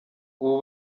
ubu